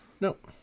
nope